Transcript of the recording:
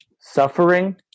suffering